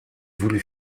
voulut